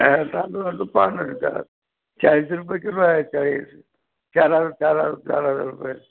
चाळीस रुपये किलो आहे चाळीस चार हजार चार हजार चार हजार रुपये